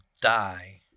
die